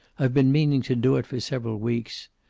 i've been meaning to do it for several weeks.